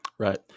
Right